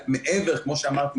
כמו שאמרתי,